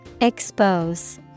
Expose